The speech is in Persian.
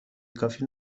کافی